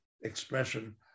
expression